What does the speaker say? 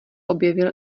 objevil